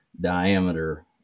diameter